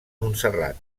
montserrat